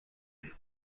اهمیت